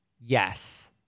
Yes